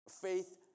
Faith